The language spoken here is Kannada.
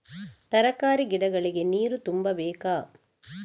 ತರಕಾರಿ ಗಿಡಗಳಿಗೆ ನೀರು ತುಂಬಬೇಕಾ?